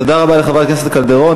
תודה רבה לחברת הכנסת קלדרון.